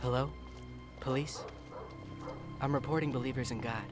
hello police i'm reporting believers in god